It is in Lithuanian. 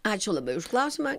ačiū labai už klausimą